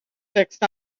fixed